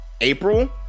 April